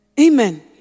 Amen